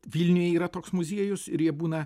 vilniuj yra toks muziejus ir jie būna